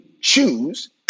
choose